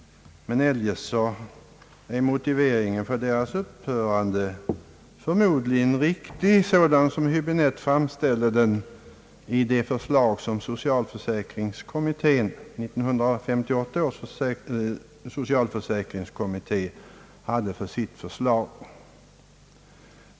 Men eljest är den motivering för deras upphörande som herr Häbinette återger densamma som 1958 års socialförsäkringskommitté hade i sitt förslag.